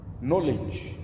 knowledge